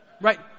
Right